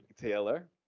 Taylor